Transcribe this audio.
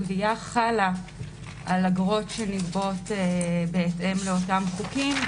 גבייה חלה על אגרות שנגבות בהתאם לאותם חוקים,